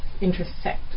intersect